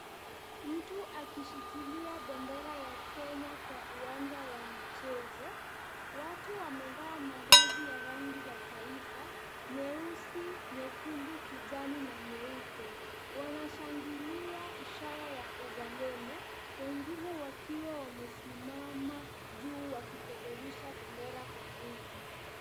Mtu akishikilia bendera ya Kenya kwa uwanja wa michezo, watu wamevaa mavazi ya rangi za taifa, nyeusi, nyekundu, kijani na nyeupe, wanashangilia ishara ya uzalendo, wengine wakiwa wamesimama juu wakipeperusha bendera kwa nguvu.